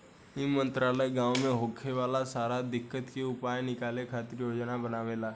ई मंत्रालय गाँव मे होखे वाला सारा दिक्कत के उपाय निकाले खातिर योजना बनावेला